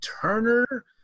Turner